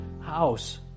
house